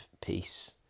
peace